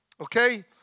okay